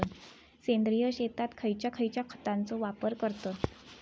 सेंद्रिय शेतात खयच्या खयच्या खतांचो वापर करतत?